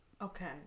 Okay